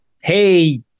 hey